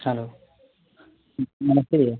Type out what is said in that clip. hello नमस्ते भैया